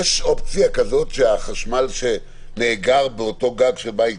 יש אופציה כזאת שהחשמל שנאגר באותו גג של בית